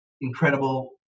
incredible